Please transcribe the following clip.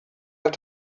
have